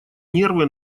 нервы